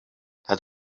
het